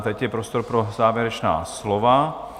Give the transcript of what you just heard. Teď je prostor pro závěrečná slova.